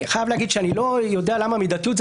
אני חייב להגיד שאני לא יודע למה מידתיות זה